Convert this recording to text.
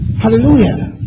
Hallelujah